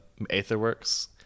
Aetherworks